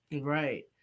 Right